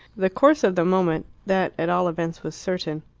the course of the moment that, at all events, was certain.